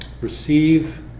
Receive